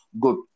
good